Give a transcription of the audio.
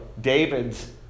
David's